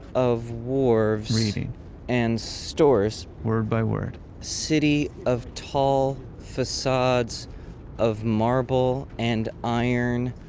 of wharves reading and stores, word by word city of tall facades of marble and iron.